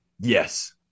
Yes